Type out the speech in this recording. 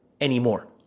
anymore